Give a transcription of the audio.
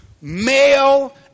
male